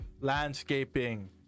landscaping